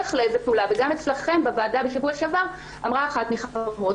וגם אצלכם בוועדה בשבוע שעבר אמרה אחת מחברות